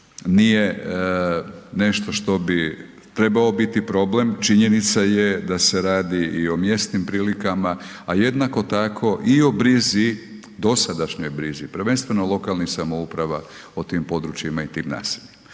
nije nešto što bi trebao biti problem. Činjenica je da se radi i o mjesnim prilikama a jednako tako i o brzi, dosadašnjoj brizi, prvenstveno lokalnih samouprava o tim područjima i tim naseljima.